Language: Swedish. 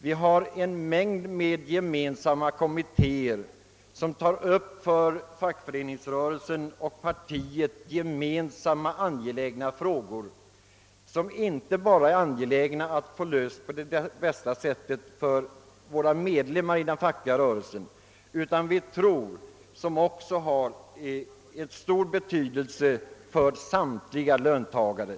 Vi har en mängd kommittéer som är gemensamma för fackföreningsrörelsen och partiet och vilka behandlar angelägna frågor — angelägna inte bara för våra medlemmar utan, som vi tror, för samtliga löntagare.